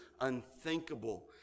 unthinkable